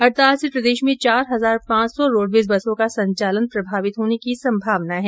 हड़ताल से प्रदेश में चार हजार पांच सौ रोड़वेज बसों का संचालन प्रभावित होने की संभावना है